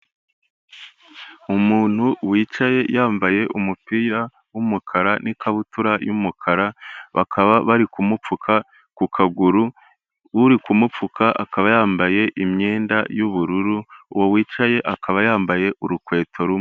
Umuntu wicaye yambaye umupira w'umukara n'ikabutura y'umukara, bakaba bari kumupfuka ku kaguru, uri kumupfuka akaba yambaye imyenda y'ubururu, uwo wicaye akaba yambaye urukweto rumwe.